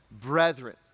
brethren